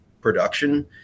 production